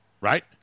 Right